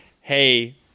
Hey